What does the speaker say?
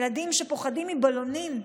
ילדים שפוחדים מבלונים.